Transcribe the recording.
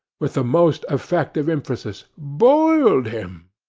with the most effective emphasis boiled him